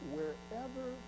Wherever